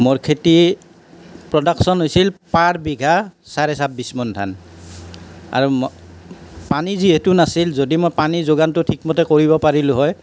মোৰ খেতি প্ৰডাকশ্য়ন হৈছিল পাৰ বিঘা চাৰে ছাব্বিছ মোন ধান ধান আৰু ম পানী যিহেটো নাছিল যদি মই পানী যোগানটো ঠিকমতে কৰিব পাৰিলোঁ হয়